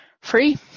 Free